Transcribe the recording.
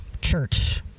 church